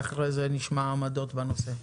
ואחרי זה נשמע עמדות בנושא.